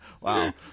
Wow